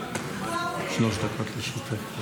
שלוש דקות לרשותך.